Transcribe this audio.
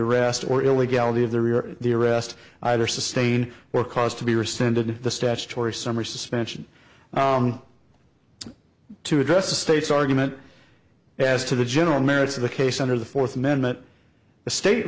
arrest or illegality of the rear the arrest either sustain or cause to be rescinded the statutory summer suspension to address a state's argument as to the general merits of the case under the fourth amendment the state